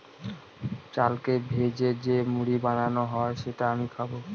চালকে ভেজে যে মুড়ি বানানো হয় যেটা আমি খাবো